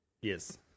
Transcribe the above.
Yes